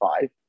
five